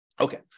Okay